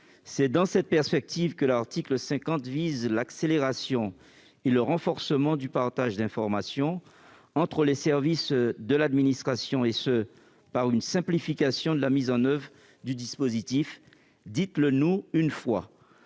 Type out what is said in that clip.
C'est dans cette perspective que cet article accélère et renforce le partage d'informations entre les services de l'administration, et ce par une simplification de la mise en oeuvre du dispositif « dites-le-nous une fois